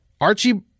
archie